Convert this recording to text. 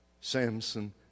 Samson